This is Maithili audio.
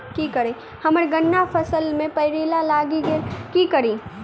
हम्मर गन्ना फसल मे पायरिल्ला लागि की करियै?